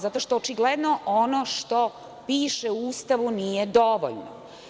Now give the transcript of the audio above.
Zato što očigledno ono što piše u Ustavu nije dovoljno.